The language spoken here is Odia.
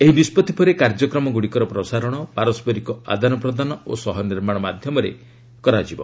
ଏହି ନିଷ୍ପତ୍ତି ପରେ କାର୍ଯ୍ୟକ୍ରମଗ୍ରଡିକର ପ୍ରସାରଣ ପାରସ୍କରିକ ଆଦାନପ୍ରଦାନ ଓ ସହ ନିର୍ମାଣ ମାଧ୍ୟମରେ ହେବ